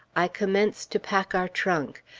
i commenced to pack our trunk,